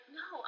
no